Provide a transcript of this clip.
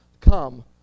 Come